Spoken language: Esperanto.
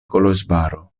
koloĵvaro